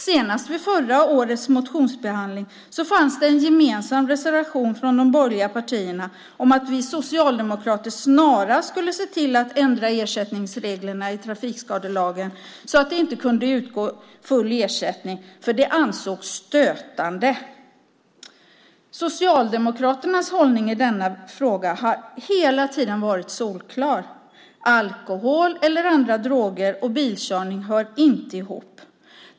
Senast vid förra årets motionsbehandling fanns det en gemensam reservation från de borgerliga partierna om att vi socialdemokrater snarast skulle ändra ersättningsreglerna i trafikskadelagen så att det inte kunde utgå full ersättning, för det ansågs stötande. Socialdemokraternas hållning i denna fråga har hela tiden varit solklar. Alkohol eller andra droger och bilkörning hör inte ihop.